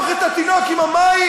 לשפוך את התינוק עם המים?